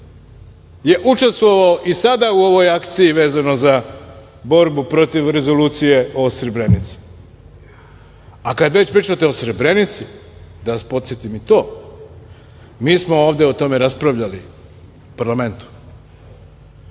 je učestvovao i sada u ovoj akciji vezano za borbu protiv Rezolucije o Srebrenici. Kada već pričate o Srebrenici, da vas podsetim i to mi smo ovde o tome raspravljali u parlamentu,